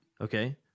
Okay